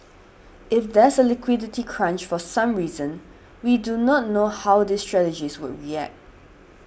if there's a liquidity crunch for some reason we do not know how these strategies would react